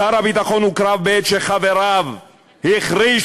שר הביטחון הוקרב בעת שחבריו החרישו.